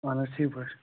اَہَن حظ ٹھیٖک پٲٹھۍ